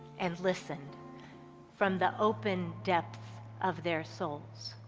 and listened from the open depths of their souls.